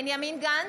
בנימין גנץ,